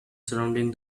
surrounding